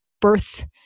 birth